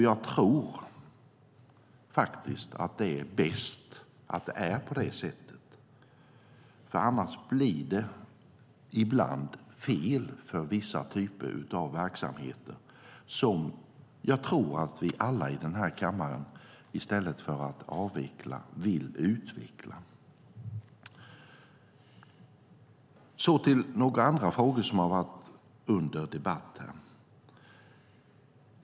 Jag tror faktiskt att det är bäst på det sättet, för annars blir det ibland fel för vissa typer av verksamheter som jag tror att vi alla i den här kammaren i stället för att avveckla vill utveckla. Så till några andra frågor som har varit uppe under debatten.